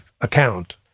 account